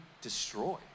destroy